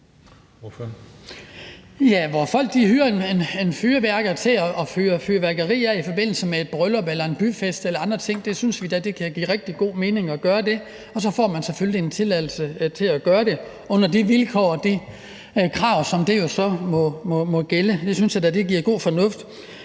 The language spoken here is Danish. hvor folk hyrer en fyrværker til at affyre fyrværkeri i forbindelse med et bryllup eller en byfest eller andre ting, synes vi da, det kan give rigtig god mening at affyre fyrværkeri, og så får man selvfølgelig tilladelse til at gøre det under de vilkår og krav, som der så må gælde. Det synes jeg da er god fornuft.